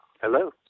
Hello